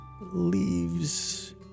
Leaves